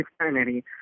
eternity